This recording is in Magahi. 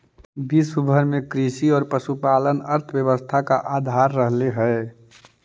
विश्व भर में कृषि और पशुपालन अर्थव्यवस्था का आधार रहलई हे